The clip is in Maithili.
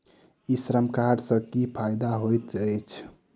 ई श्रम कार्ड सँ की फायदा होइत अछि?